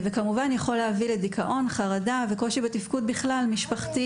זה יכול להביא לדיכאון, חרדה וקושי בתפקוד משפחתי,